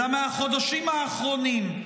אלא מהחודשים האחרונים.